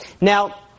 Now